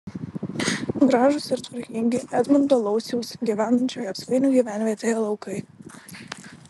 gražūs ir tvarkingi edmundo lauciaus gyvenančio josvainių gyvenvietėje laukai